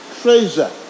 treasure